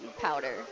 Powder